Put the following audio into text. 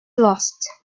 lost